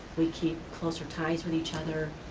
we keep closer ties with each other.